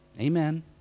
Amen